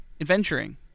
adventuring